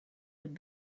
would